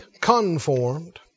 conformed